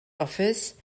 office